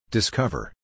Discover